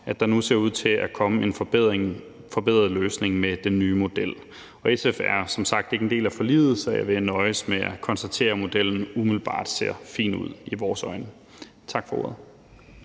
at der nu ser ud til at komme en forbedret løsning med den nye model. SF er som sagt ikke en del af forliget, så jeg vil nøjes med at konstatere, at modellen umiddelbart ser fin ud i vores øjne. Tak for ordet.